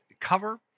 cover